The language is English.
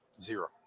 Zero